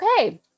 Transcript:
okay